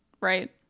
right